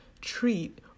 treat